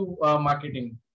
marketing